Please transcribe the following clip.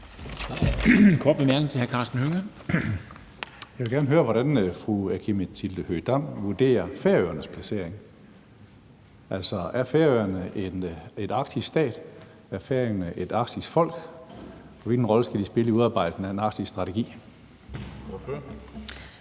Jeg vil gerne høre, hvordan fru Aki-Matilda Høegh-Dam vurderer Færøernes placering. Altså, er Færøerne en arktisk stat? Er færingerne et arktisk folk, og hvilken rolle skal de spille i udarbejdelsen af en arktisk strategi?